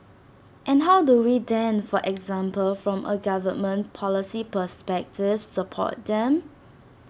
and how do we then for example from A government policy perspective support them